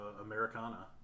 Americana